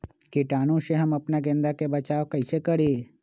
कीटाणु से हम अपना गेंदा फूल के बचाओ कई से करी?